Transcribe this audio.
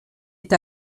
est